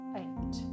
eight